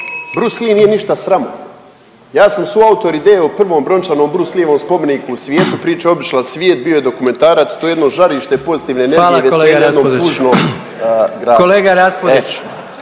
Bruce Lee nije ništa sramotno. Ja sam suautor ideje o prvom brončanom Bruce Leeovom spomeniku u svijetu, priča je obišla svijet, bio je dokumentarac to je jedno žarište pozitivne energije …/Upadica: Hvala kolega Raspudić/…